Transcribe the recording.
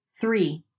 Three